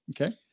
Okay